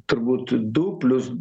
turbūt du plius